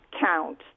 count